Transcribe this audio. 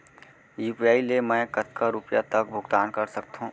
UPI ले मैं कतका रुपिया तक भुगतान कर सकथों